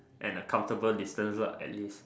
and a comfortable distance lah at least